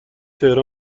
تهران